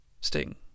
Sting